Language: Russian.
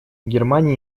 германия